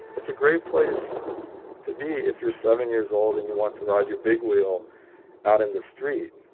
it's a great place to be if you're seven years old and you want to ride your big wheel out in the street.